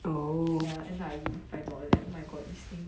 end up I win five dollars then I got this thing